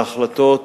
בהחלטות